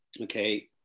okay